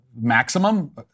maximum